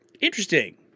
interesting